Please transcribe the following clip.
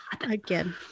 Again